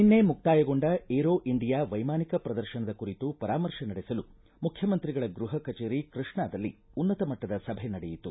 ನಿನ್ನೆ ಮುಕ್ತಾಯಗೊಂಡ Aero India ವೈಮಾನಿಕ ಪ್ರದರ್ಶನದ ಕುರಿತು ಪರಾಮರ್ಶೆ ನಡೆಸಲು ಮುಖ್ಯಮಂತ್ರಿಗಳ ಗೃಹ ಕಚೇರಿ ಕೃಷ್ಣಾದಲ್ಲಿ ಉನ್ನತ ಮಟ್ಟದ ಸಭೆ ನಡೆಯಿತು